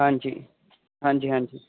ਹਾਂਜੀ ਹਾਂਜੀ